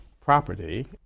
property